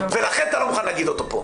ולכן אתה לא מוכן להגיד אותו פה.